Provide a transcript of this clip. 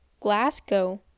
Glasgow